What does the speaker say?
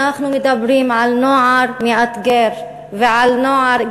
אנחנו מדברים על נוער מאתגר ועל נוער,